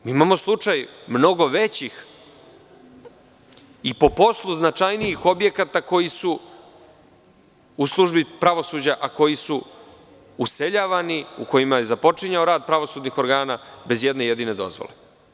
Imamo slučaj mnogo većih i po poslu mnogo značajnijih objekata koji su u službi pravosuđa, a koji su useljavani, u kojima je započinjao rat pravosudnih organa bez ijedne jedine dozvole.